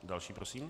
Další prosím.